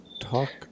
talk